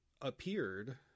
appeared –